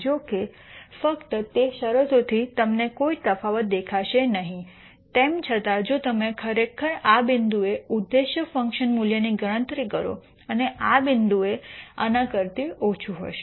જો કે ફક્ત તે શરતોથી તમને કોઈ તફાવત દેખાશે નહીં તેમ છતાં જો તમે ખરેખર આ બિંદુએ ઉદ્દેશ્ય ફંકશન મૂલ્યની ગણતરી કરો અને આ બિંદુ આ કરતા આનાથી ઓછું હશે